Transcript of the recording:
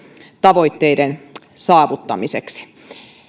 tavoitteiden saavuttamiseksi